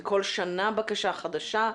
זה כל שנה בקשה חדשה?